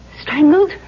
Strangled